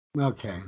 Okay